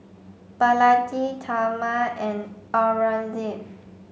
Balaji Tharman and Aurangzeb